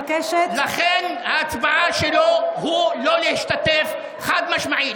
לכן, ההצבעה שלו היא לא משתתף, חד-משמעית.